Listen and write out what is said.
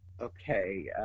okay